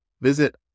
Visit